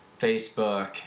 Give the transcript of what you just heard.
facebook